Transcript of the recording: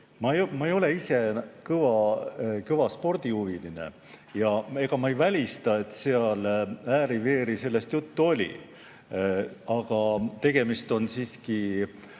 Ma ei ole ise kõva spordihuviline ja ega ma ei välista, et seal ääri-veeri sellest juttu oli. Aga tegemist on siiski